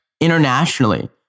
internationally